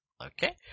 Okay